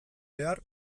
behar